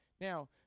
Now